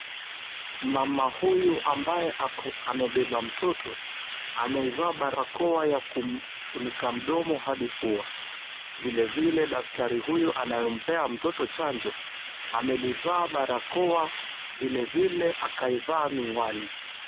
Mama huyu ambaye amebeba mtoto ameivaa barakoa ya kumfunika mdomo hadi pua, vilevile daktari huyu anayempea mtoto chanjo amelivaa barakoa vilevile akaivaa miwani.